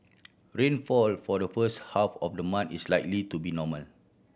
rainfall for the first half of the month is likely to be normal